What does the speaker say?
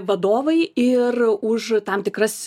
vadovai ir už tam tikras